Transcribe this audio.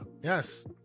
yes